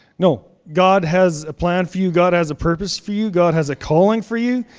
no. god has a plan for you. god has a purpose for you. god has a calling for you.